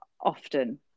often